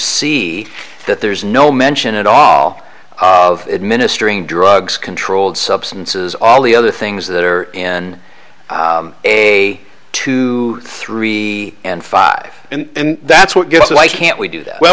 see that there's no mention at all of administering drugs controlled substances all the other things that are in a two three and five and that's what gives you i can't we do that well